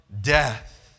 death